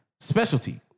specialty